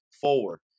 forward